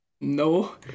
No